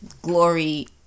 glory